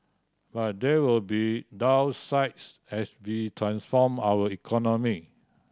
but there will be downsides as we transform our economy